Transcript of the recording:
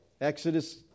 Exodus